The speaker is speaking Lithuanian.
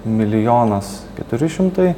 milijonas keturi šimtai